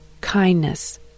kindness